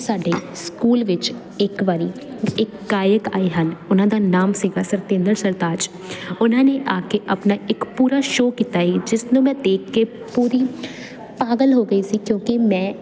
ਸਾਡੇ ਸਕੂਲ ਵਿੱਚ ਇੱਕ ਵਾਰੀ ਇੱਕ ਗਾਇਕ ਆਏ ਹਨ ਉਹਨਾਂ ਦਾ ਨਾਮ ਸੀਗਾ ਸਰਤਿੰਦਰ ਸਰਤਾਜ ਉਹਨਾਂ ਨੇ ਆ ਕੇ ਆਪਣਾ ਇੱਕ ਪੂਰਾ ਸ਼ੋ ਕੀਤਾ ਹੈ ਜਿਸ ਨੂੰ ਮੈਂ ਦੇਖ ਕੇ ਪੂਰੀ ਪਾਗਲ ਹੋ ਗਈ ਸੀ ਕਿਉਂਕਿ ਮੈਂ